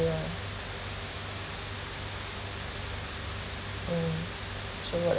yeah mm so what